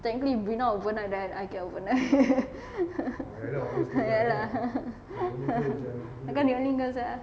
technically brina overnight I can overnight ya lah I only girl sia